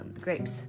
Grape's